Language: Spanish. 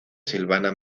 silvana